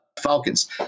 Falcons